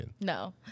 No